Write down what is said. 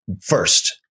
first